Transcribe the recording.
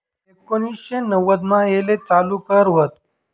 एकोनिससे नव्वदमा येले चालू कर व्हत